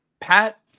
Pat